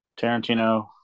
Tarantino